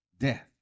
death